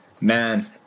man